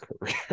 career